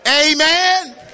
Amen